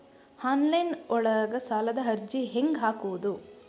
Online ಒಳಗ ಸಾಲದ ಅರ್ಜಿ ಹೆಂಗ್ ಹಾಕುವುದು?